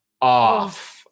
off